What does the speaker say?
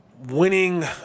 Winning